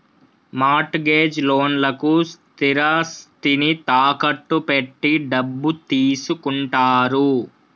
mart gauge లోన్లకు స్థిరాస్తిని తాకట్టు పెట్టి డబ్బు తీసుకుంటారు